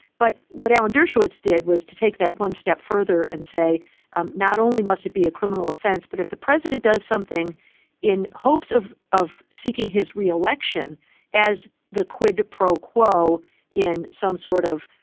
but what alan dershowitz did was to take that one step further and say um not only must it be a criminal offense, but if the president does something in hopes of of seeking his re-election as the quid pro quo in some sort of,